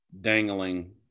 dangling